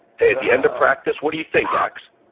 hey, at the end of practice, what do you think ax?